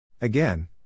Again